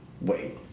wait